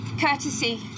courtesy